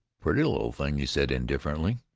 pretty little thing, he said indifferently.